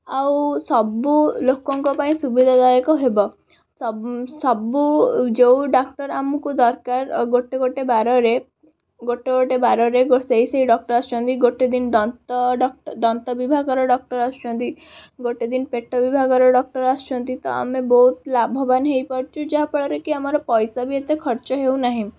ଆଉ ସବୁ ଲୋକଙ୍କ ପାଇଁ ସୁବିଧାଦାୟକ ହେବ ସବୁ ସବୁ ଯେଉଁ ଡାକ୍ତର ଆମକୁ ଦରକାର ଗୋଟେ ଗୋଟେ ବାରରେ ଗୋଟେ ଗୋଟେ ବାରରେ ସେହି ସେହି ଡକ୍ଟର୍ ଆସୁଛନ୍ତି ଗୋଟେ ଦିନ ଦନ୍ତ ଦନ୍ତ ବିଭାଗର ଡକ୍ଟର୍ ଆସୁଛନ୍ତି ଗୋଟେ ଦିନ ପେଟ ବିଭାଗର ଡକ୍ଟର୍ ଆସୁଛନ୍ତି ତ ଆମେ ବହୁତ ଲାଭବାନ ହୋଇପାରୁଛୁ ଯାହା ଫଳରେକି ଆମର ପଇସା ବି ଏତେ ଖର୍ଚ୍ଚ ହେଉନାହିଁ